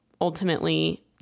ultimately